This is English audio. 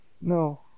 No